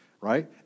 right